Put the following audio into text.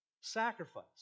sacrifice